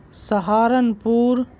Saharanpur